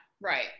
right